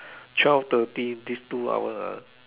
twelve thirty this two hours ah